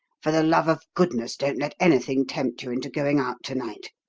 for the love of goodness don't let anything tempt you into going out to-night.